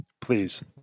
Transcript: please